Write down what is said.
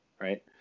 right